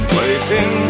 waiting